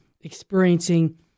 experiencing